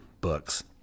books